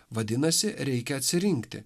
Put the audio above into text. vadinasi reikia atsirinkti